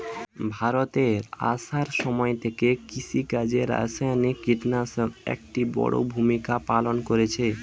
ভারতে আসার সময় থেকে কৃষিকাজে রাসায়নিক কিটনাশক একটি বড়ো ভূমিকা পালন করেছে